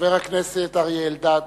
חבר הכנסת אריה אלדד,